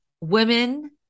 women